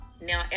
Now